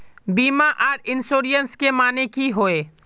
बीमा आर इंश्योरेंस के माने की होय?